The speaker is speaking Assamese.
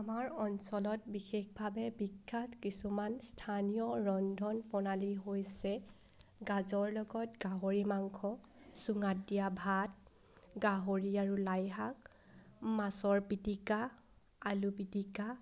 আমাৰ অঞ্চলত বিশেষভাৱে বিখ্যাত কিছুমান স্থানীয় ৰন্ধন প্ৰণালী হৈছে গাজৰ লগত গাহৰি মাংস চুঙাত দিয়া ভাত গাহৰি আৰু লাইশাক মাছৰ পিটিকা আলু পিটিকা